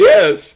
Yes